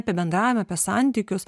apie bendravimą apie santykius